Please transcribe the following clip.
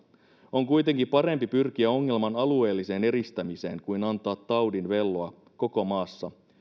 on kuitenkin parempi pyrkiä ongelman alueelliseen eristämiseen kuin antaa taudin velloa koko maassa